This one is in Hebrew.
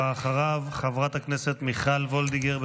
אחריו, חברת הכנסת מיכל וולדיגר.